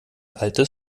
altes